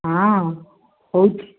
ହଁ ହେଉଛିି